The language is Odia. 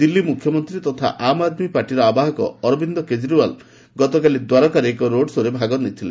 ଦିଲ୍ଲୀ ମୁଖ୍ୟମନ୍ତ୍ରୀ ତଥା ଆମ ଆଦମୀ ପାର୍ଟିର ଆବାହକ ଅରବିନ୍ଦ କେଜରିଓ୍ୱାଲ ଗତକାଲି ଦ୍ୱାରକାରେ ଏକ ରୋଡ୍ ଶୋ'ରେ ଭାଗ ନେଇଥିଲେ